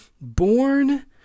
born